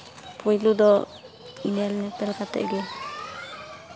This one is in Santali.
ᱯᱳᱭᱞᱳ ᱫᱚ ᱧᱮᱞ ᱧᱮᱯᱮᱞ ᱠᱟᱛᱮᱫ ᱜᱮ